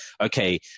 okay